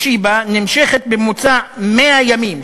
בשיבא נמשכת בממוצע 100 ימים,